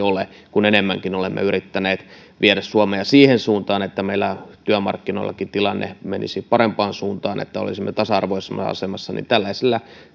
ole kun enemmänkin olemme yrittäneet viedä suomea siihen suuntaan että meillä työmarkkinoillakin tilanne menisi parempaan suuntaan että olisimme tasa arvoisemmassa asemassa niin tällaisilla